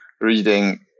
reading